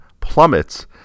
plummets